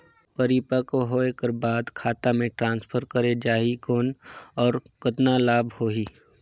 परिपक्व होय कर बाद खाता मे ट्रांसफर करे जा ही कौन और कतना लाभ होही?